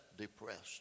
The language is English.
depressed